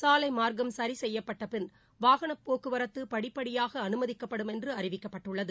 சாலை மார்க்கம் சரி செய்யப்பட்டபின் வாகனப் போக்குவரத்து படிப்படிபாக அனுமதிக்கப்படும் என்று அறிவிக்கப்பட்டுள்ளது